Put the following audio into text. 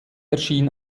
erschien